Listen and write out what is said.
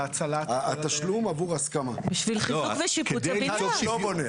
בשביל חיזוק ושיפוץ הבניין.